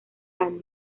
años